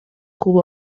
خوب